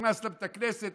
נכנס לבית הכנסת,